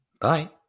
Bye